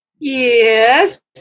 Yes